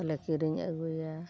ᱠᱚᱞᱮ ᱠᱤᱨᱤᱧ ᱟᱹᱜᱩᱭᱟ